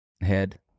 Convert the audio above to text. head